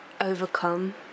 Overcome